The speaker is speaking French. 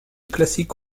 classique